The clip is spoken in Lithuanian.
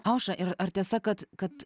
aušra ir ar tiesa kad kad